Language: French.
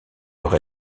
rez